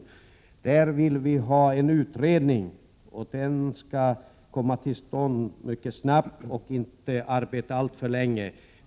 Där framhåller vi att vi vill ha en utredning. Den skall komma till stånd mycket snabbt och inte arbeta alltför länge.